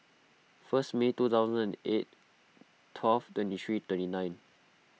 first May two thousand and eight twelve twenty three twenty nine